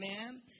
amen